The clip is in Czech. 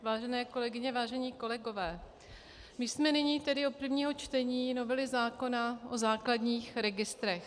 Vážené kolegyně, vážení kolegové, my jsme nyní tedy u prvního čtení novely zákona o základních registrech.